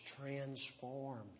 transformed